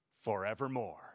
forevermore